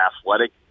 athletic